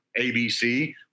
ABC